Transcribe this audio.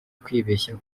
kwibeshya